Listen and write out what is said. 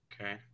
okay